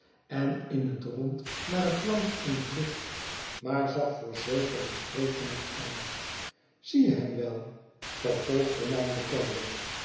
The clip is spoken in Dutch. en in het rond naar het land en de lucht maar zag voorzeker den spreker niet aan zie je hem wel vervolgde mijn bekende